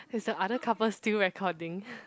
is the other couple still recording